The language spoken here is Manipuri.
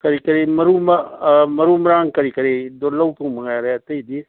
ꯀꯔꯤ ꯀꯔꯤ ꯃꯔꯨ ꯃꯔꯥꯡ ꯀꯔꯤ ꯀꯔꯤꯗꯨ ꯂꯧꯗꯧ ꯃꯉꯥꯏꯔꯦ ꯑꯇꯩꯗꯤ